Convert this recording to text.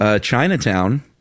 Chinatown